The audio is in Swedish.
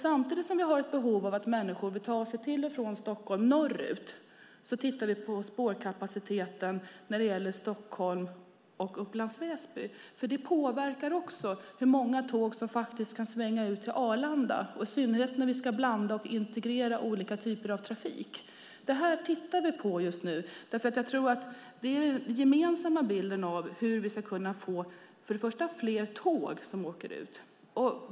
Samtidigt har människor ett behov av att både ta sig till Stockholm och norrut från Stockholm. Därför tittar vi på spårkapaciteten i Stockholm och Upplands Väsby. Också det påverkar hur många tåg som kan svänga ut till Arlanda, i synnerhet när vi ska blanda och integrera olika typer av trafik. Det här tittar vi alltså just nu på. Jag tror att det är den gemensamma bilden av hur vi först och främst ska kunna få fler tåg som åker ut.